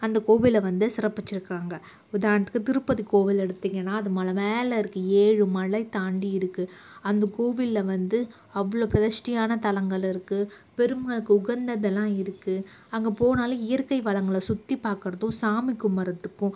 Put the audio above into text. அந்தக் கோவிலை வந்து சிறப்பித்திருக்கிறாங்க உதாரணத்துக்கு திருப்பதி கோவிலை எடுத்தீங்கன்னா அது மலை மேல் இருக்கு ஏழு மலை தாண்டி இருக்கு அந்த கோவிலில் வந்து அவ்வளோ ப்ரதிஷ்டியான தலங்கள் இருக்கு பெருமாளுக்கு உகந்ததலாம் இருக்கு அங்கே போனால் இயற்கை வளங்களை சுற்றி பாக்கிறதும் சாமி கும்புடுறதுக்கும்